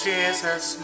Jesus